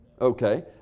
Okay